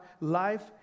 life